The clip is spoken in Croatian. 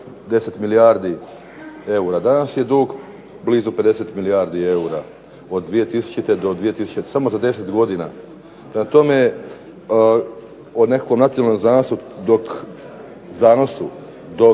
10 milijardi eura. Danas je dug blizu 50 milijardi eura od 2000. do 2010. samo za 10 godina. Prema tome, o nekakvom nacionalnom zanosu dok